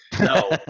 No